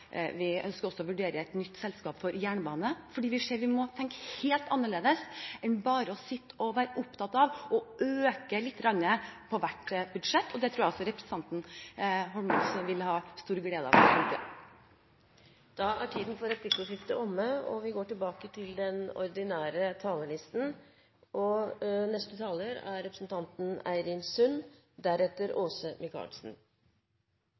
Derfor ønsker vi et nytt infrastrukturfond og et nytt veiselskap. Vi ønsker også å vurdere et nytt selskap for jernbane, fordi vi ser at vi må tenke helt annerledes enn bare å sitte og være opptatt av å øke litt på hvert budsjett. Det tror jeg også at representanten Eidsvoll Holmås vil ha stor glede av. Replikkordskiftet er omme. I 1997 var jeg leder av hovedkomiteen for Kulturminneåret. Mottoet da var «Forankring fryder». Det er